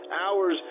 hours